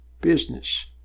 business